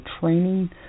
training